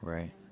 Right